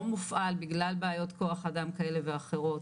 מופעל בגלל בעיות כוח אדם כאלה ואחרות,